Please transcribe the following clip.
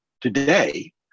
today